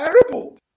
terrible